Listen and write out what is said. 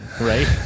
right